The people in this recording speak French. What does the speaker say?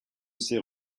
ces